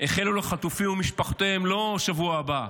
לא יחלו לחטופים ולמשפחותיהם בשבוע הבא.